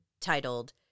titled